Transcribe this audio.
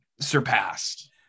surpassed